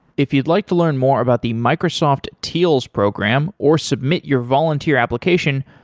if you'd like to learn more about the microsoft teals program or submit your volunteer application,